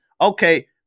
Okay